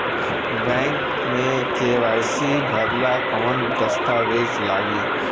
Bank मे KYC भरेला कवन दस्ता वेज लागी?